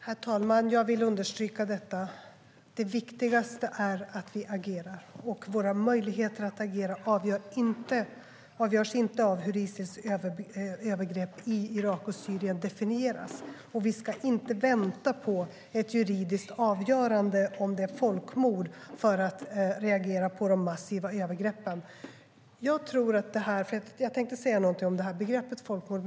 Herr talman! Jag vill understryka att det viktigaste är att vi agerar, och våra möjligheter att agera avgörs inte av hur Isis övergrepp i Irak och Syrien definieras. Vi ska inte vänta på ett juridiskt avgörande om huruvida det är folkmord för att reagera på de massiva övergreppen. Jag tänkte säga något om begreppet folkmord.